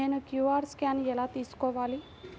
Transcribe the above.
నేను QR scan ఎలా తీసుకోవాలి?